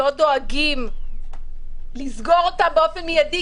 לא דואגים לסגור אותם באופן מיידי,